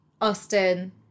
austin